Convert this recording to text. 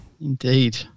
Indeed